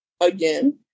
again